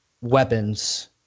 weapons